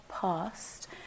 past